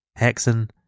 Hexen